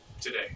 today